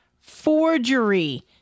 Forgery